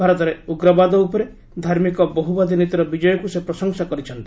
ଭାରତରେ ଉଗ୍ରବାଦ ଉପରେ ଧାର୍ମିକ ବହୁବାଦୀ ନୀତିର ବିଜୟକୁ ସେ ପ୍ରଶଂସା କରିଛନ୍ତି